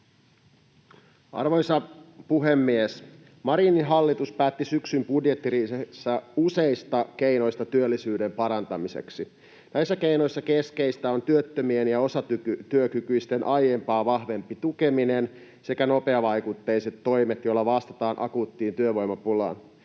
Arvoisa puhemies! Marinin hallitus päätti syksyn budjettiriihessä useista keinoista työllisyyden parantamiseksi. Näissä keinoissa keskeistä on työttömien ja osatyökykyisten aiempaa vahvempi tukeminen sekä nopeavaikutteiset toimet, joilla vastataan akuuttiin työvoimapulaan.